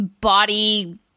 body